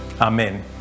Amen